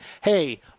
hey